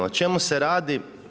O čemu se radi?